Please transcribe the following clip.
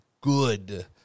good